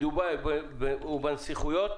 בדובאי ובנסיכויות,